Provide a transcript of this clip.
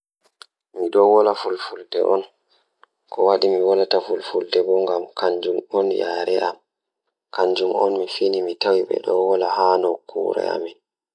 Mi waɗi Pulaar, sabu miɗo njangol e fiyaangu ngal. Miɗo yiɗde sabu ko ɗum hoore mi, ngoo hiɓɓe e waɗude laamɗe e jaangol ngal.